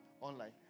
online